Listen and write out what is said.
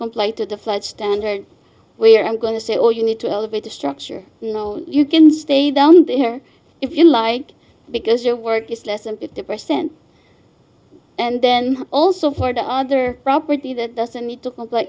comply to the flood standards where i'm going to say oh you need to elevate the structure you know you can stay down there if you like because your work is less than fifty percent and then also for the other property that doesn't need to